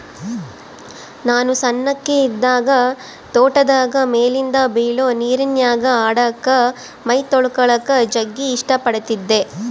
ನಾನು ಸಣ್ಣಕಿ ಇದ್ದಾಗ ತೋಟದಾಗ ಮೇಲಿಂದ ಬೀಳೊ ನೀರಿನ್ಯಾಗ ಆಡಕ, ಮೈತೊಳಕಳಕ ಜಗ್ಗಿ ಇಷ್ಟ ಪಡತ್ತಿದ್ದೆ